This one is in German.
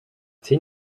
zehn